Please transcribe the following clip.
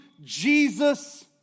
jesus